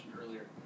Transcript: earlier